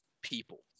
people